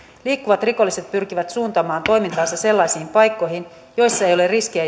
liikkuvat rikolliset pyrkivät suuntaamaan toimintansa sellaisiin paikkoihin joissa ei ole riskiä